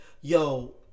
Yo